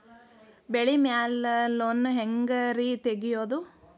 ಬೆಳಿ ಮ್ಯಾಲೆ ಲೋನ್ ಹ್ಯಾಂಗ್ ರಿ ತೆಗಿಯೋದ?